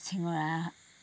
চিঙৰা